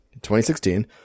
2016